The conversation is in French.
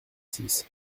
six